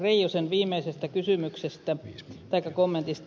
reijosen viimeisestä kommentista